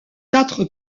quatre